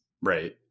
Right